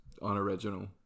unoriginal